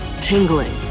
tingling